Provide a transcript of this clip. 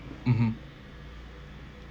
mmhmm